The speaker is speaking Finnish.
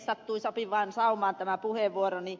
sattui sopivaan saumaan tämä puheenvuoroni